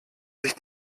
sich